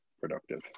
productive